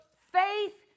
faith